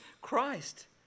Christ